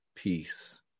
peace